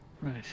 Right